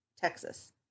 Texas